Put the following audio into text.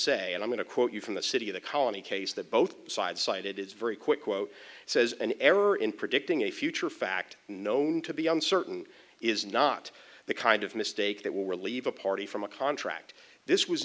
say and i'm going to you from the city of the colony case that both sides cited is very quick quote says an error in predicting a future fact known to be uncertain is not the kind of mistake that will relieve a party from a contract this was